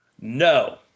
No